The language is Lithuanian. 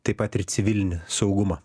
taip pat ir civilinį saugumą